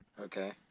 Okay